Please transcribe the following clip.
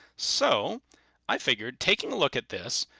so i figured taking a look at this,